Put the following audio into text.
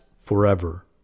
forever